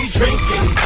drinking